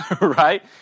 Right